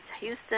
Houston